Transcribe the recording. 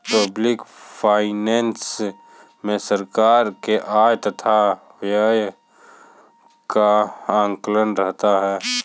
public finance मे सरकार के आय तथा व्यय का आकलन रहता है